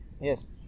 yes